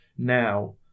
Now